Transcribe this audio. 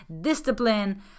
discipline